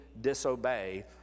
disobey